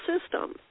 system